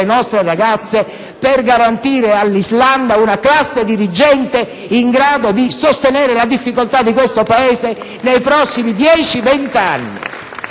in sicurezza, per garantire all'Islanda una classe dirigente in grado di sostenere le difficoltà del Paese nei prossimi 10-20 anni,